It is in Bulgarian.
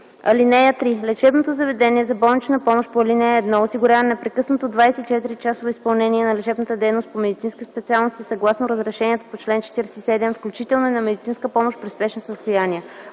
(3) Лечебното заведение за болнична помощ по ал. 1 осигурява непрекъснато 24-часово изпълнение на лечебната дейност по медицински специалности, съгласно разрешението по чл. 47, включително и на медицинска помощ при спешни състояния.